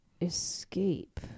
escape